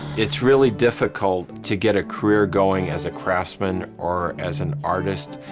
it's really difficult to get a career going as a craftsman or as an artist,